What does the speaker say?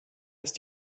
ist